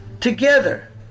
together